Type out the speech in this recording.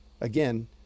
again